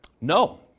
No